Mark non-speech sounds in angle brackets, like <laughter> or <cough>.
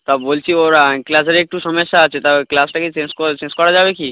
তা বলছি ওর <unintelligible> ক্লাচের একটু সমস্যা আছে তা ক্লাচটা কি চেঞ্জ ক চেঞ্জ করা যাবে কি